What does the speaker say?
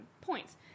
points